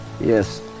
Yes